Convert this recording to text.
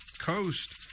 Coast